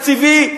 תקציבי,